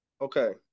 okay